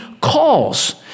calls